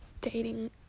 dating